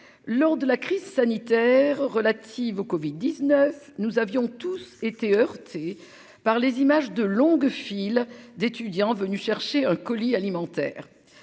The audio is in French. Lors de la crise sanitaire relatives au Covid-19. Nous avions tous été. Par les images de longues files d'étudiants venus chercher un colis alimentaire.